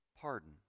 pardon